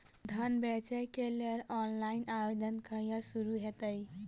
धान बेचै केँ लेल ऑनलाइन आवेदन कहिया शुरू हेतइ?